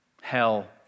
hell